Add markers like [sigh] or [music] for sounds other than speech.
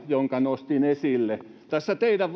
jonka nostin esille tässä teidän [unintelligible]